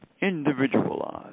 individualized